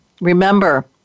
remember